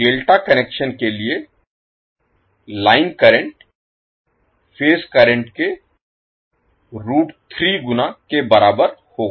delta connection के लिए line current phase current के गुना के बराबर होगा